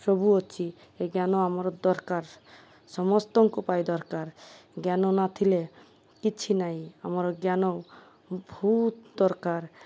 ସବୁ ଅଛି ଏ ଜ୍ଞାନ ଆମର ଦରକାର ସମସ୍ତଙ୍କୁ ପାଇ ଦରକାର ଜ୍ଞାନ ନା ଥିଲେ କିଛି ନାହିଁ ଆମର ଜ୍ଞାନ ବହୁତ ଦରକାର